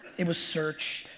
it was search.